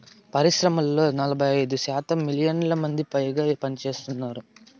పరిశ్రమల్లో నలభై ఐదు శాతం మిలియన్ల మందికిపైగా పనిచేస్తున్నారు